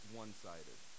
one-sided